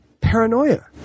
paranoia